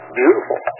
beautiful